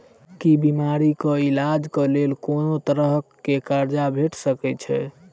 की बीमारी कऽ इलाज कऽ लेल कोनो तरह कऽ कर्जा भेट सकय छई?